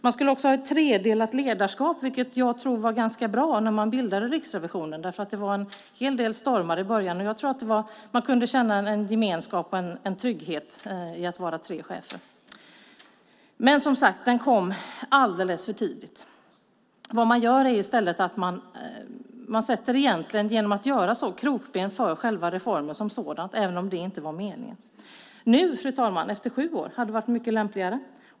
Man skulle också ha ett tredelat ledarskap när man bildade Riksrevisionen, vilket jag tror var ganska bra. Det var en hel del stormar i början, och jag tror att man kunde känna en gemenskap och en trygghet i att vara tre chefer. Men detta kom som sagt alldeles för tidigt. Genom att göra så här sätter man egentligen i stället krokben för själva reformen som sådan, även om det inte var meningen. Nu, fru talman, efter sju år, hade det varit mycket lämpligare.